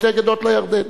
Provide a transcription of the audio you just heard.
שתי גדות לירדן.